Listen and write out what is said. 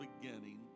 beginning